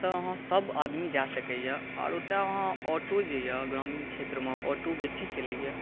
सँ अहाँसब आदमी जा सकैए आओर ओतऽ अहाँ ऑटो जे अइ ग्रामीण क्षेत्रमे ऑटो बेसी चलैए